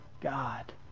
God